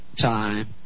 time